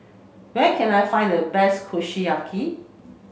where can I find the best Kushiyaki